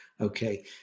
Okay